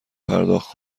پرداخت